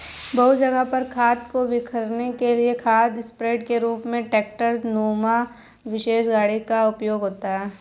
बहुत जगह पर खाद को बिखेरने के लिए खाद स्प्रेडर के रूप में ट्रेक्टर नुमा विशेष गाड़ी का उपयोग होता है